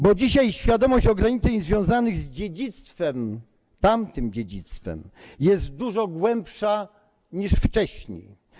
Bo dzisiaj świadomość ograniczeń związanych z dziedzictwem - tamtym dziedzictwem - jest dużo głębsza niż wcześniej.